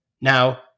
Now